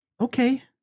Okay